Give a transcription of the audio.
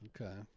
Okay